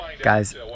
Guys